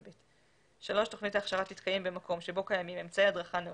ו-(ב); תוכנית ההכשרה תתקיים במקום שבו קיימים אמצעי הדרכה נאותים,